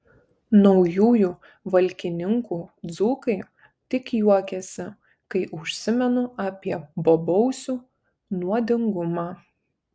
naujųjų valkininkų dzūkai tik juokiasi kai užsimenu apie bobausių nuodingumą